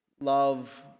Love